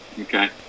Okay